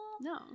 No